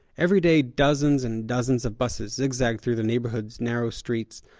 every day, dozens and dozens of buses zigzagged through the neighborhood's narrow streets,